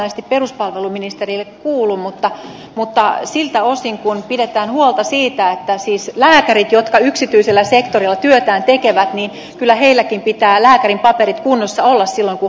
tämä yksityisen sektorin bisnespuoli ei varsinaisesti peruspalveluministerille kuulu mutta kyllä niilläkin lääkäreillä jotka yksityisellä sektorilla työtään tekevät pitää lääkärin papereiden kunnossa olla silloin kun